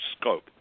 scope